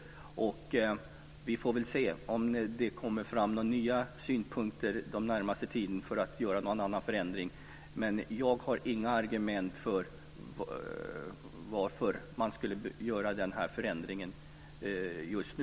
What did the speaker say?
Vi får väl se om det under den närmaste tiden kommer fram nya synpunkter när det gäller att göra en förändring. I varje fall har jag inga argument för en förändring just nu.